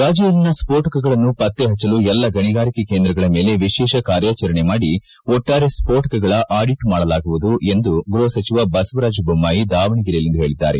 ರಾಜ್ಯದಲ್ಲಿನ ಸ್ಫೋಟಕಗಳನ್ನು ಪತ್ತೆ ಹಚ್ಚಲು ಎಲ್ಲಾ ಗಣಿಗಾರಿಕೆ ಕೇಂದ್ರಗಳ ಮೇಲೆ ವಿಶೇಷ ಕಾರ್ಯಾಚರಣೆ ಮಾಡಿ ಒಟ್ಟಾರೆ ಸ್ಫೋಟಕಗಳ ಆಡಿಟ್ ಮಾಡಲಾ ಗುವುದು ಎಂದು ಗೃಹ ಸಚಿವ ಬಸವರಾಜ ಬೊಮ್ಮಾಯಿ ದಾವಣಗೆರೆಯಲ್ಲಿಂದು ಹೇಳಿದ್ದಾರೆ